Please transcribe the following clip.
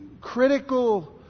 critical